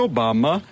Obama